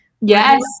Yes